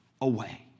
away